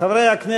בבית-חולים),